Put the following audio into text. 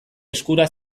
eskura